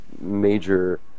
major